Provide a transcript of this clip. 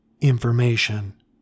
information